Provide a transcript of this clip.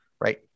right